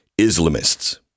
Islamists